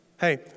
Hey